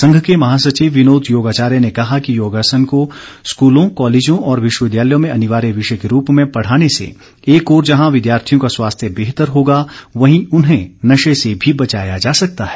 संघ के महासचिव विनोद योगाचार्य ने कहा कि योगासन को स्कूलों कॉलेजों और विश्वविद्यालयों में अनिवार्य विषय के रूप में पढ़ाने से एक ओर जहां विद्यार्थियों का स्वास्थ्य बेहतर होगा वहीं उन्हें नशे से भी बचाया जा सकता है